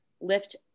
lift